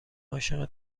عاشق